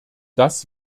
das